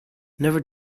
never